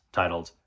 titled